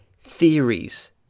theories